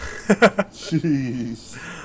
Jeez